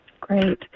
Great